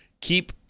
keep